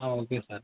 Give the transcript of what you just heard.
okay sir